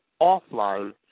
offline